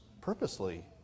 purposely